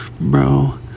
bro